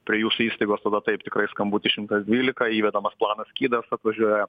prie jūsų įstaigos tada taip tikrai skambutis šimtas dvylika įvedamas planas skydas atvažiuoja